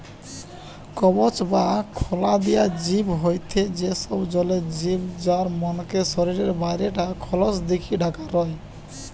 কবচ বা খলা দিয়া জিব হয়থে সেই সব জলের জিব যার মনকের শরীরের বাইরে টা খলস দিকি ঢাকা রয়